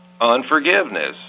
Unforgiveness